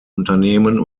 unternehmen